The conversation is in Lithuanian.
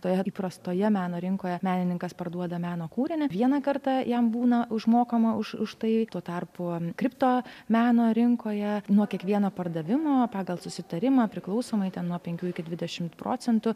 toje įprastoje meno rinkoje menininkas parduoda meno kūrinio vieną kartą jam būna užmokama už už tai tuo tarpu kripto meno rinkoje nuo kiekvieno pardavimo pagal susitarimą priklausomai ten nuo penkių iki dvidešimt procentų